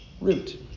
root